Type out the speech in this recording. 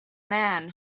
man